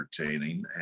entertaining